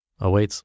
awaits